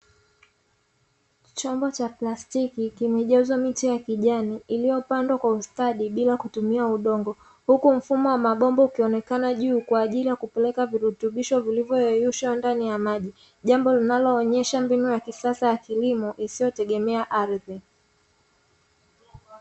Chombo cha plastiki kimejazwa miche ya kijani iliyo pandwa kwa ustadi bila kutumia udongo, huku mfumo wa mabomba ukionekana juu kwa ajili ya kupeleka virutubisho vilivyoyeyushwa ndani ya maji, jambo linalo onyesha mbinu ya kisasa ya kilimo isiyotegemea ardhi.